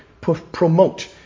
promote